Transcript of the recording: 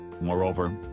Moreover